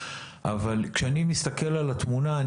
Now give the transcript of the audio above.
כשאני מסתכל על התמונה,